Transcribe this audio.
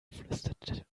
flüsterte